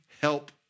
help